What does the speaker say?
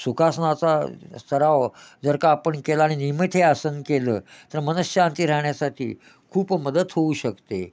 सुखासनाचा सराव जर का आपण केला आणि नियमित हे आसन केलं तर मनःशांती राहण्यासाठी खूप मदत होऊ शकते